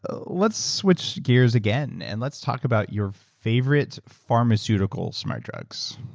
ah let's switch gears again, and let's talk about your favorite pharmaceutical smart drugs.